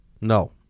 No